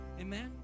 Amen